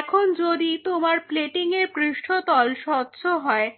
এখন যদি তোমার প্লেটিং এর পৃষ্ঠতল স্বচ্ছ হয়